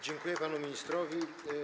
Dziękuję panu ministrowi.